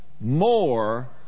more